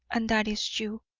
and that is you.